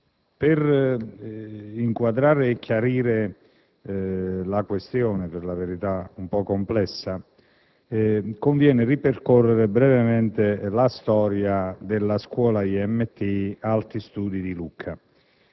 per inquadrare e chiarire la questione, per la verità un po' complessa, conviene ripercorrere brevemente la storia della scuola IMT Alti studi di Lucca.